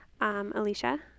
Alicia